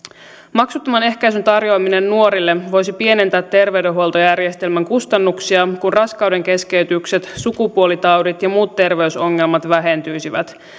maksuttoman ehkäisyn tarjoaminen nuorille voisi pienentää terveydenhuoltojärjestelmän kustannuksia kun raskaudenkeskeytykset sukupuolitaudit ja muut terveysongelmat vähentyisivät